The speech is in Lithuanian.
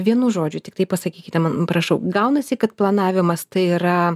vienu žodžiu tiktai pasakykite man prašau gaunasi kad planavimas tai yra